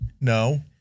No